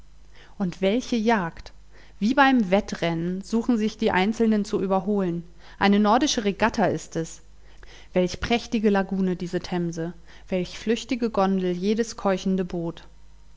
und welche jagd wie beim wettrennen suchen sich die einzelnen zu überholen eine nordische regatta ist es welch prächtige lagune diese themse welch flüchtige gondel jedes keuchende boot